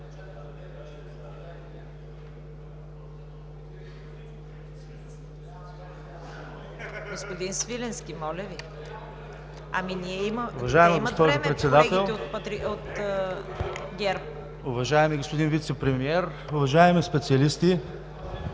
уважаеми господин Вицепремиер, уважаеми специалисти